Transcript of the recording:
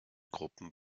gruppen